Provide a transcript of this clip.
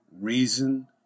reason